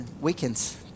weekends